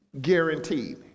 Guaranteed